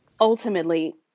ultimately